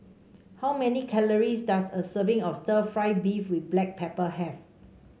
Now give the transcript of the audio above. how many calories does a serving of Stir Fried Beef with Black Pepper have